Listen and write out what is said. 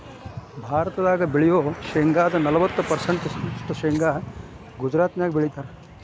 ಭಾರತದಾಗ ಬೆಳಿಯೋ ಶೇಂಗಾದ ನಲವತ್ತ ಪರ್ಸೆಂಟ್ ನಷ್ಟ ಶೇಂಗಾ ಗುಜರಾತ್ನ್ಯಾಗ ಬೆಳೇತಾರ